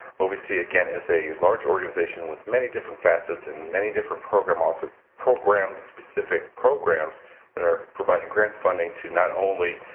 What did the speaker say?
ovc, again, is a large organization with many different facets and many different program office programs specific programs that are providing grant funding to not only